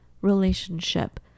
relationship